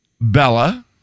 Bella